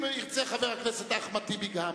אם ירצה חבר הכנסת אחמד טיבי גם,